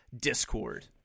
Discord